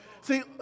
See